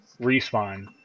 Respawn